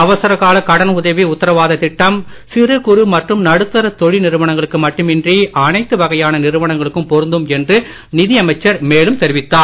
அவசரகால கடன் உதவி உத்தரவாத திட்டம் சிறு குறு மற்றும் நடுத்தர தொழில் நிறுவனங்களுக்கு மட்டுமின்றி அனைத்து வகையான நிறுவனங்களுக்கும் பொருந்தும் என்று நிதியமைச்சர் மேலும் தெரிவித்தார்